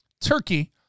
Turkey